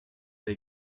avez